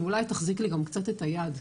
ואולי תחזיק לי גם קצת את היד,